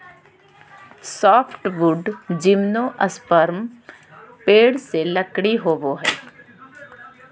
softwood gymnosperm पेड़ से लकड़ी होबो हइ